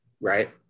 right